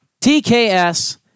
TKS